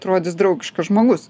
atrodys draugiškas žmogus